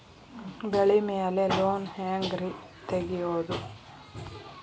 ಬೆಳಿ ಮ್ಯಾಲೆ ಲೋನ್ ಹ್ಯಾಂಗ್ ರಿ ತೆಗಿಯೋದ?